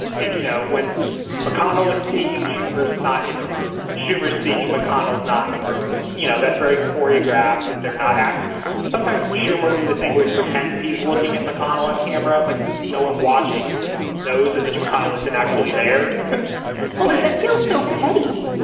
and, you know, when mcconnell is speaking, schumer's not in the room. when schumer speaking, mcconnell's not in the room. you know, that's very choreographed that they're not act sometimes. schumer do the thing where he pretends he's looking at mcconnell on camera. but no one watching knows that mitch mcconnell is in actually there how did that feel so petty?